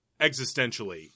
existentially